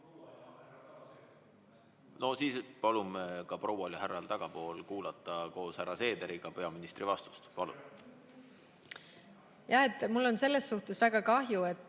No siis palume ka proual ja härral tagapool kuulata koos härra Seederiga peaministri vastust. Palun! Mul on selles suhtes väga kahju, et